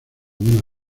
una